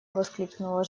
воскликнула